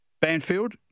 Banfield